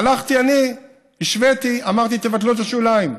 הלכתי אני, השוויתי, אמרתי: תבטלו את השוליים.